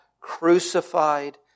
crucified